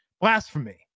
blasphemy